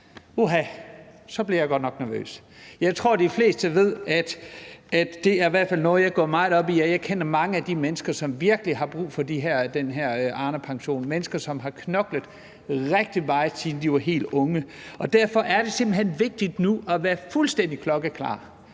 Uha, så blev jeg godt nok nervøs. Jeg tror, de fleste ved, at det i hvert fald er noget, jeg går meget op i, og jeg kender mange af de mennesker, som virkelig har brug for den her Arnepension, altså mennesker, som har knoklet rigtig meget, siden de var helt unge. Derfor er det simpelt hen vigtigt nu at være fuldstændig klokkeklar,